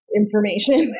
information